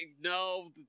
No